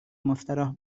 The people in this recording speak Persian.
مستراح